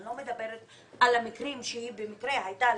איני מדברת על מקרה שהיא הייתה